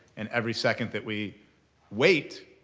and every second that we wait,